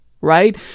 right